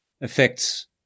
affects